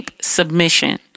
submission